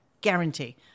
Guarantee